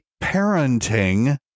parenting